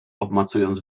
obmacując